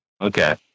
Okay